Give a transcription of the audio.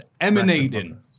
emanating